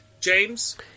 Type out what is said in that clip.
James